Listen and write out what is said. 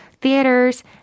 theaters